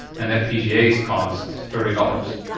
and fpgas cost thirty dollars.